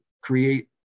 create